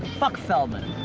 fuck feldman.